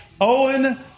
Owen